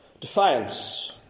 Defiance